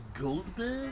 Goldberg